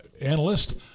analyst